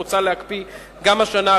מוצע להקפיא גם השנה,